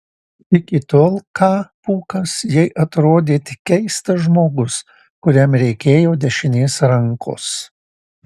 iki tol k pūkas jai atrodė tik keistas žmogus kuriam reikėjo dešinės rankos